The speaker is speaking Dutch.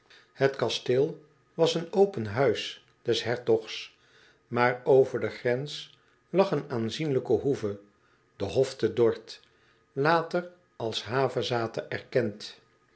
het kasteel was een open huis des hertogs maar over de grens lag een aanzienlijke hoeve d e h o f t e d o r t h later als havezathe erkend